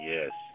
Yes